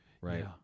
right